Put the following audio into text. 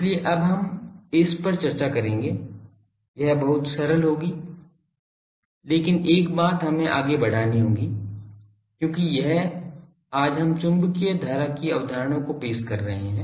इसलिए अब हम इस पर चर्चा करेंगे यह बहुत सरल होगी लेकिन एक बात हमें आगे बढ़ानी होगी क्योंकि यह आज हम चुंबकीय धारा की अवधारणा को पेश कर रहे हैं